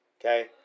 okay